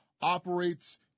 operates –